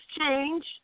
change